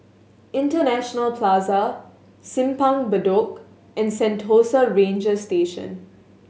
International Plaza Simpang Bedok and Sentosa Ranger Station